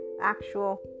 actual